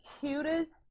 cutest